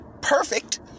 perfect